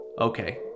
okay